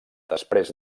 després